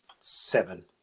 Seven